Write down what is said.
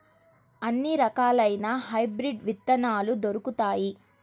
ఎన్ని రకాలయిన హైబ్రిడ్ విత్తనాలు దొరుకుతాయి?